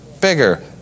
bigger